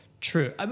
True